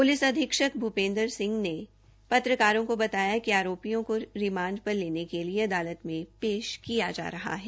police अधीक्षक भूपेन्द्र सिंह ने पत्रकारों को बताया कि आरोपियों को रिमांड पर लेने के लिए अदालत में पेश किया जा रहा है